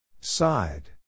Side